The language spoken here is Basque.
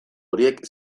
horiek